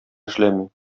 эшләми